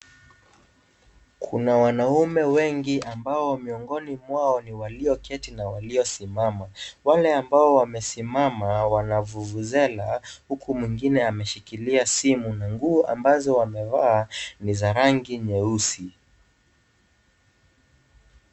Kuna wanaume wengi ambao miongoni mwao ni walioketi na waliosimama, wale ambao wamesimama wana vuvuzela huku mwingine ameshikilia simu na nguo ambazo amevaa ni za rangi nyeusi.